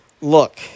look